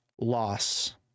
loss